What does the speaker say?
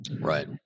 Right